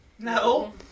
No